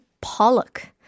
pollock